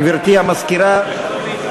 גברתי המזכירה.